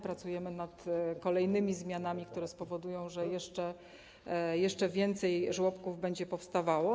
Pracujemy nad kolejnymi zmianami, które spowodują, że jeszcze więcej żłobków będzie powstawało.